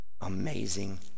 amazing